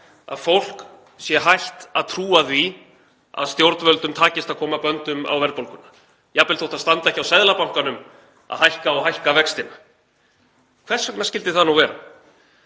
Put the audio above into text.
að fólk sé hætt að trúa því að stjórnvöldum takist að koma böndum á verðbólguna, jafnvel þótt það standi ekki á Seðlabankanum að hækka og hækka vextina? Hvers vegna skyldi það nú vera?